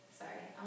sorry